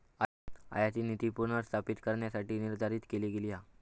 आयातनीती पुनर्स्थापित करण्यासाठीच निर्धारित केली गेली हा